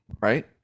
Right